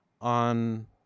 on